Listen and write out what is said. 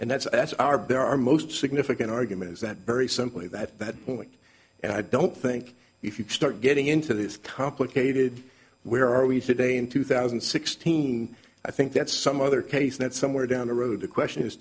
and that's as our bear our most significant argument is that very simply that that point and i don't think if you start getting into these complicated where are we today in two thousand and sixteen i think that's some other case that somewhere down the road the question is